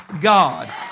God